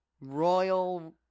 Royal